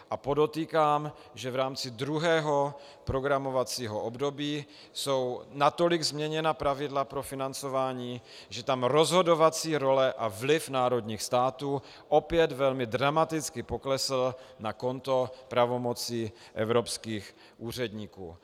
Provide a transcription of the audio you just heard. A podotýkám, že v rámci druhého programovacího období jsou natolik změněna pravidla pro financování, že tam rozhodovací role a vliv národních států opět velmi dramaticky poklesly na konto pravomocí evropských úředníků.